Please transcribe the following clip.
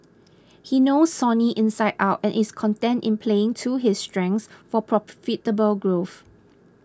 he knows Sony inside out and is content in playing to his strengths for profitable growth